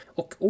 och